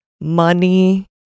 money